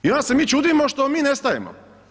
I onda se mi čudimo što mi nestajemo.